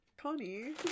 Connie